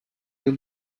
yıl